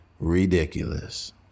ridiculous